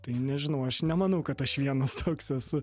tai nežinau aš nemanau kad aš vienas toks esu